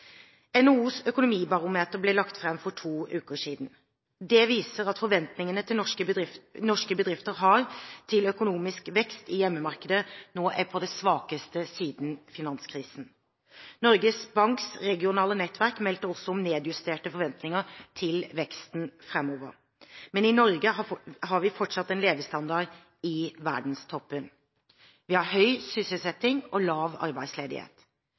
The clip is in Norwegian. NHOs økonomibarometer ble lagt fram for to uker siden. Det viser at forventningene til norske bedrifter har til økonomisk vekst i hjemmemarkedet, nå er på det svakeste siden finanskrisen. Norges Banks regionale nettverk meldte også om nedjusterte forventninger til veksten framover. Men i Norge har vi fortsatt en levestandard i verdenstoppen. Vi har høy sysselsetting og lav arbeidsledighet.